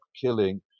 killing